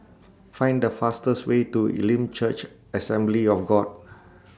Find The fastest Way to Elim Church Assembly of God